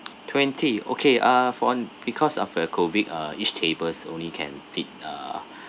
twenty okay ah because of a COVID uh each tables only can fit uh